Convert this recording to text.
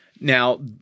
Now